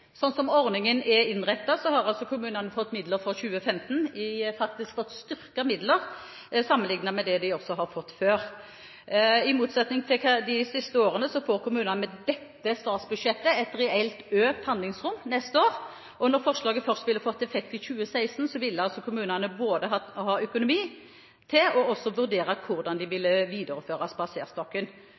sånn at regjeringen foreslo å avvikle statstilskuddet, ikke nødvendigvis ordningen. Sånn som ordningen er innrettet, har kommunene fått styrkede midler for 2015 sammenlignet med det de har fått før. I motsetning til i de siste årene får kommunene med dette statsbudsjettet et reelt økt handlingsrom neste år, og når forslaget først ville fått effekt i 2016, ville kommunene hatt økonomi til også å vurdere hvordan de ville videreføre Spaserstokken.